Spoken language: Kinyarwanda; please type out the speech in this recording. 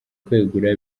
kwegura